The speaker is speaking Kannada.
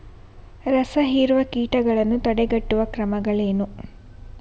ರಸಹೀರುವ ಕೀಟಗಳನ್ನು ತಡೆಗಟ್ಟುವ ಕ್ರಮಗಳೇನು?